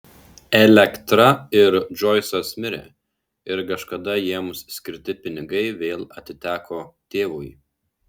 elektra ir džoisas mirė ir kažkada jiems skirti pinigai vėl atiteko tėvui